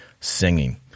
singing